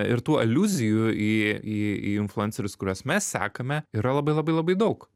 ir tų aliuzijų į į į influencerius kuriuos mes sekame yra labai labai labai daug